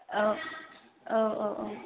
औ औ औ औ